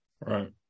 Right